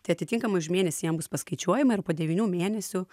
tai atitinkamai už mėnesį jam bus paskaičiuojama ir po devynių mėnesių